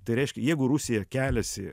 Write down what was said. tai reiškia jeigu rusija keliasi